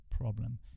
problem